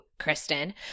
Kristen